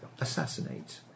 assassinate